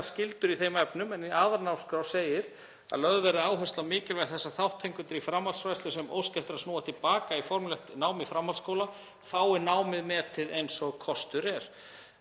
skyldur í þeim efnum en í aðalnámskrá segir að lögð verði áhersla á mikilvægi þess að þátttakendur í framhaldsfræðslu sem óska eftir að snúa til baka í formlegt nám í framhaldsskóla fái námið metið eins og kostur er,